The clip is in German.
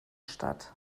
statt